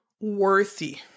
worthy